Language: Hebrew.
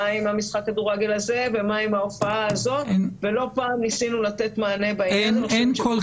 מה עם משחק הכדורגל הזה ולא פעם ניסינו לתת מענה ב --- שנייה,